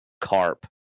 carp